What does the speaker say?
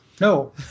No